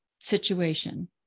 situation